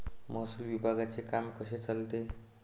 महसूल विभागाचे काम कसे चालते?